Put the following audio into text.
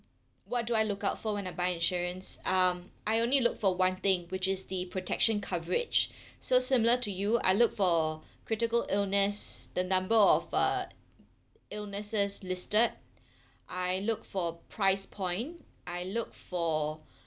what do I look out for when I buy insurance um I only look for one thing which is the protection coverage so similar to you I look for critical illness the number of uh illnesses listed I look for price point I look for